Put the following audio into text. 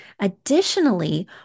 Additionally